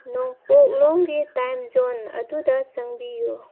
ꯅꯣꯡꯄꯣꯛꯂꯣꯝꯒꯤ time zone ꯑꯗꯨꯗ ꯆꯪꯕꯤꯌꯨ